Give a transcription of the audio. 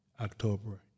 October